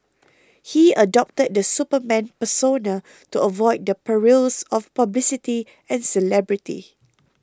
he adopted the Superman persona to avoid the perils of publicity and celebrity